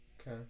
okay